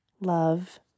Love